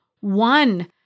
one